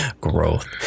Growth